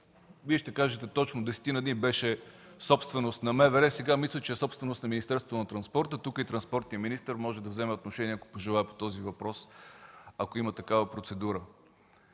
Вие ще кажете точно – десетина дни, беше собственост на МВР, а сега мисля, че е собственост на Министерството на транспорта. Тук е транспортният министър, може да вземе отношение, ако пожелае, по този въпрос, ако има такава процедура.